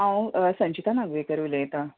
हांव संचिता नार्वेकर उलयतां